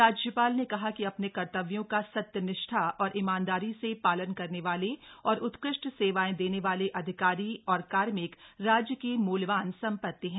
राज्यपाल ने कहा कि अपने कर्तव्यों का सत्यनिष्ठा और ईमानदारी से पालन करने वाले और उत्कृष्ट सेवाएं देने वाले अधिकारी और कार्मिक राज्य की मूल्यवान सम्पति हैं